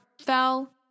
fell